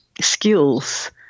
skills